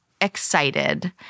excited